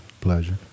pleasure